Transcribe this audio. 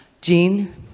Jean